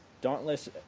Dauntless